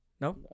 no